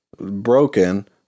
broken